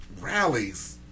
Rallies